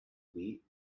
week